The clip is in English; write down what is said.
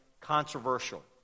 controversial